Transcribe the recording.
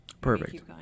Perfect